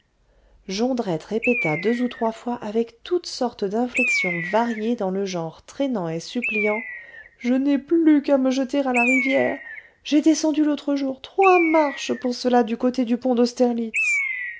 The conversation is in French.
jondrette répéta deux ou trois fois avec toutes sortes d'inflexions variées dans le genre traînant et suppliant je n'ai plus qu'à me jeter à la rivière j'ai descendu l'autre jour trois marches pour cela du côté du pont d'austerlitz